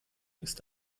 ist